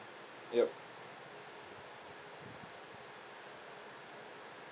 yup